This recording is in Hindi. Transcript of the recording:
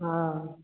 हाँ